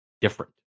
different